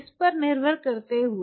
इस पर निर्भर करते हुए